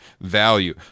value